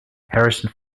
harrison